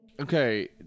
okay